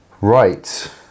Right